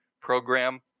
program